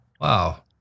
Wow